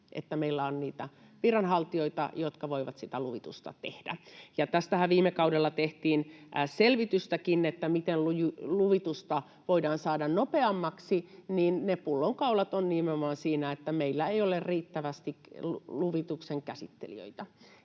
meillä on niitä viranhaltijoita, jotka voivat sitä luvitusta tehdä. Tästähän viime kaudella tehtiin selvitystäkin, miten luvitusta voidaan saada nopeammaksi. Pullonkaulat ovat nimenomaan siinä, että meillä ei ole riittävästi luvituksen käsittelijöitä.